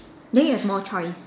then you have more choice